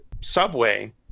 subway